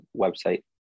website